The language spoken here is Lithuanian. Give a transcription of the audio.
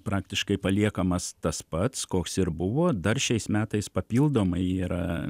praktiškai paliekamas tas pats koks ir buvo dar šiais metais papildomai yra